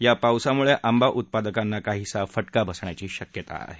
या पावसामुळे आंबा उत्पादकांना काहीसा फटका बसण्याची शक्यता आहे